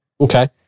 Okay